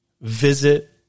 visit